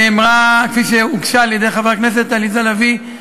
כפי שהוגשה על-ידי חברת הכנסת עליזה לביא,